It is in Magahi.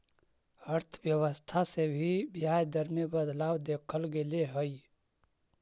अर्थव्यवस्था से भी ब्याज दर में बदलाव देखल गेले हइ